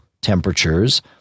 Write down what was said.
temperatures